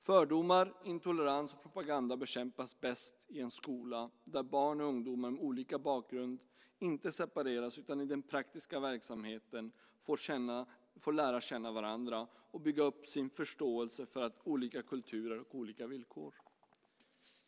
Fördomar, intolerans och propaganda bekämpas bäst i en skola där barn och ungdomar med olika bakgrund inte separeras utan i den praktiska verksamheten får lära känna varandra och bygga upp sin förståelse för olika kulturer och olika villkor.